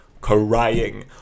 crying